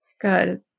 Good